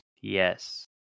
Yes